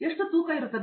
ಎಷ್ಟು ತೂಕ ಇರುತ್ತದೆ